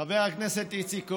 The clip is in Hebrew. חבר הכנסת איציק כהן,